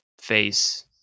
face